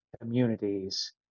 communities